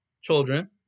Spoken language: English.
Children